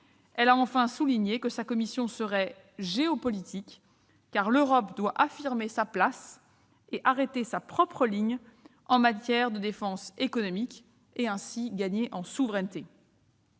Elle a enfin souligné que sa commission serait géopolitique, car l'Europe doit affirmer sa place et arrêter sa propre ligne en matière de défense économique, et ainsi gagner en souveraineté.